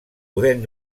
podent